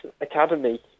academy